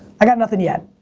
i got nothing yet.